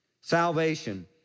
salvation